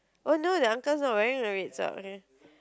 oh no the uncle's not wearing a red sock okay